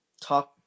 talk